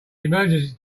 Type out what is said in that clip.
emergency